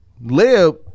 Lib